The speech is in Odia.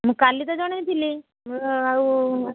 ମୁଁ କାଲି ତ ଜଣାଇ ଥିଲି ୟେ ଆଉ